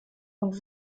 und